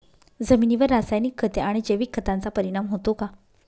जमिनीवर रासायनिक खते आणि जैविक खतांचा परिणाम होतो का?